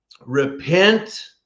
Repent